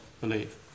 believe